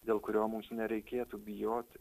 dėl kurio mums nereikėtų bijoti